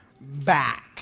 back